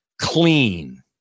clean